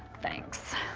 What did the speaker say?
thanks.